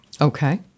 Okay